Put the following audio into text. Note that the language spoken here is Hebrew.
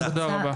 תודה רבה.